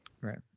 Right